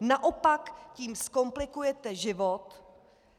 Naopak tím zkomplikujete život